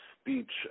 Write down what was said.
speech